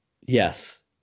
Yes